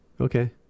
Okay